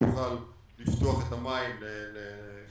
כשנוכל לפתוח את המים ולהיכנס.